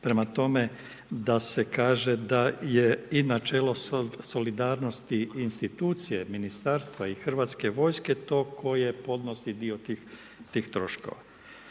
prema tome da se kaže da je i načelo solidarnosti institucije Ministarstva i HV-a to koje podnosi dio tih troškova.